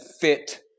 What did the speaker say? fit